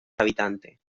habitante